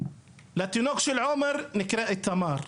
לתינוק של עומר נקרא איתמר,